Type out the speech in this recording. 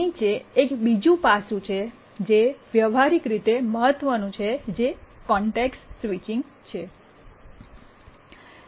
નીચે એક બીજું પાસું છે જે વ્યવહારીક રીતે મહત્વનું છે જે કોન્ટેક્સ્ટ સ્વિચિંગ છે